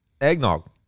eggnog